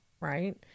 right